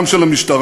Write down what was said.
גם של המשטרה.